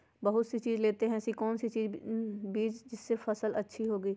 बीज तो बहुत सी लेते हैं पर ऐसी कौन सी बिज जिससे फसल अच्छी होगी?